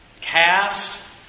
Cast